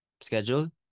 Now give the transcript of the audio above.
Schedule